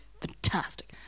fantastic